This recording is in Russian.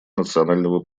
национального